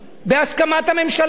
בהסכמת הממשלה.